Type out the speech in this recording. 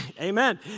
amen